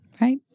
Right